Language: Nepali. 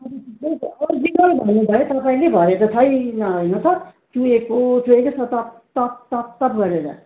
अनि त त्यही त अर्जिनल भन्नु भयो तपाईँले भरे त छैन होइन त चुहेको चुहेकै छ त तप तप तप गरेर